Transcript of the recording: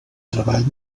treball